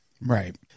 Right